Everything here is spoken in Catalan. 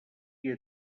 via